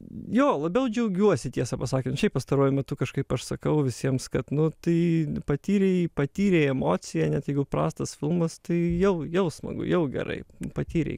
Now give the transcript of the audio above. jo labiau džiaugiuosi tiesą pasakius pastaruoju metu kažkaip aš sakau visiems kad nu tai patyrei patyrei emociją net jeigu prastas filmas tai jau jau smagu jau gerai patyrei